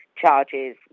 charges